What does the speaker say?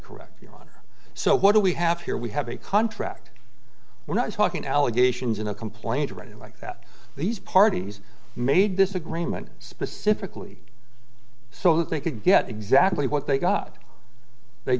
correct your honor so what do we have here we have a contract we're not talking allegations in a complaint or writing like that these parties made this agreement specifically so that they could get exactly what they got they